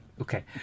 Okay